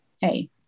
hey